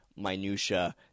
Minutia